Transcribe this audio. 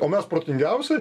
o mes protingiausi